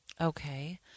Okay